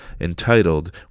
entitled